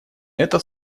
это